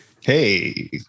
Hey